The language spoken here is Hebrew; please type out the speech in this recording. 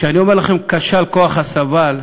כשאני אומר לכם, כשל כוח הסבל,